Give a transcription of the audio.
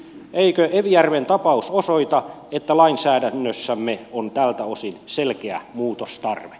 eikö evijärven tapaus osoita että lainsäädännössämme on tältä osin selkeä muutostarve